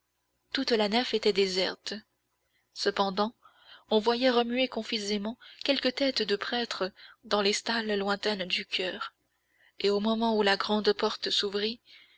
toute la nef était déserte cependant on voyait remuer confusément quelques têtes de prêtres dans les stalles lointaines du choeur et au moment où la grande porte s'ouvrit